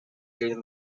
through